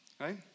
Right